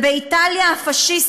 ובאיטליה הפאשיסטית,